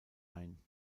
ein